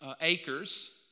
acres